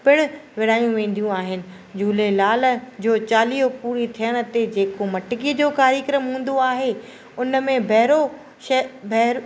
पिणु विर्हायूं वेंदियूं आहिनि झूलेलाल जो चालीहो पूरी थियण ते जेको मटकीअ जो कार्यक्रमु हूंदो आहे उनमें भैरो शे भेर